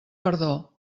perdó